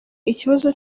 ikibazo